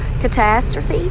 Catastrophe